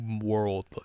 world